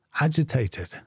agitated